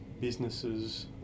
businesses